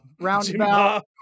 Roundabout